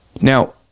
Now